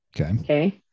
Okay